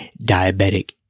diabetic